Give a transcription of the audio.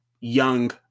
young